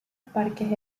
parques